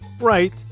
right